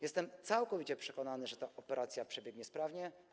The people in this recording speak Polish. Jestem całkowicie przekonany, że ta operacja przebiegnie sprawnie.